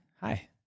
hi